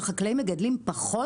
החקלאים מגדלים פחות,